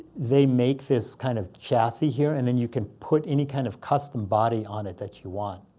they make this kind of chassis here. and then you can put any kind of custom body on it that you want.